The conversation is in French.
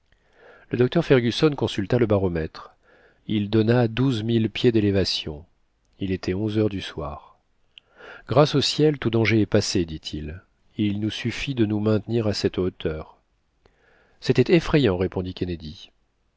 le docteur fergusson consulta le baromètre il donna douze mille pieds d'élévation il était onze heures du soir grâce au ciel tout danger est passé dit-il il nous suffit de nous maintenir à cette hauteur c'était effrayant répondit kennedy